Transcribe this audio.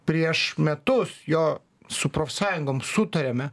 prieš metus jo su profsąjungom sutarėme